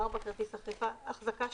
כרטיס אחזקה,